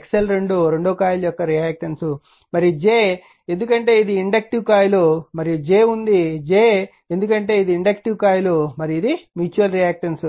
x L2 coil 2 యొక్క reactance మరియు j ఎందుకంటే ఇది ఇండక్టివ్ కాయిల్ మరియు j ఉంది ఎందుకంటే ఇది ఇండక్టివ్ కాయిల్ మరియు ఇది మ్యూచువల్ రియాక్టన్స్